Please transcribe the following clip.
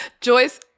Joyce